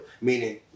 Meaning